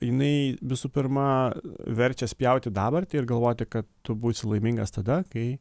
jinai visų pirma verčia spjauti į dabartį ir galvoti kad tu būsi laimingas tada kai